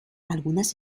algunas